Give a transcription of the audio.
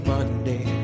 Monday